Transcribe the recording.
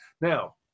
now